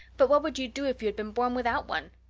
but what would you do if you had been born without one?